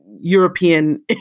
European